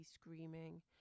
screaming